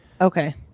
Okay